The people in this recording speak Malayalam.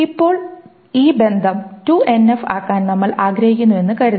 ഇപ്പോൾ ഈ ബന്ധം 2NF ആക്കാൻ നമ്മൾ ആഗ്രഹിക്കുന്നുവെന്ന് കരുതുക